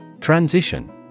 Transition